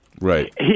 Right